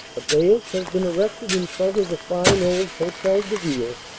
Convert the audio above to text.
a dais has been erected in front of the fine old hotel de ville,